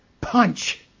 punch